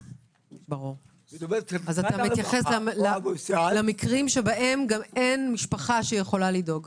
אתה מתייחס למקרים בהם גם אין משפחה שיכולה לדאוג.